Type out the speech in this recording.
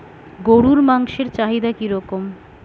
গরুর মাংসের চাহিদা কি রকম?